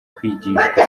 kwigishwa